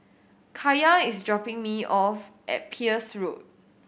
Kaiya is dropping me off at Peirce Road